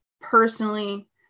personally